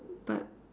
but